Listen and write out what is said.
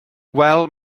wel